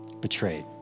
betrayed